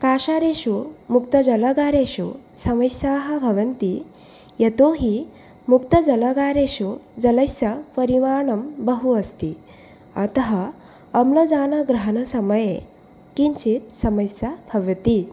काशारेषु मुक्तजलगारेषु समस्याः भवन्ति यतोहि मुक्तजलगारेषु जलस्य परिमाणं बहु अस्ति अतः अम्लजानग्रहणसमये किञ्चित् समस्या भवति